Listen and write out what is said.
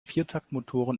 viertaktmotoren